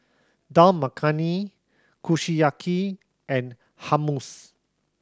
Dal Makhani Kushiyaki and Hummus